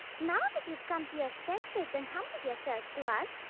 now that you've come to your senses and humbled yourself to us,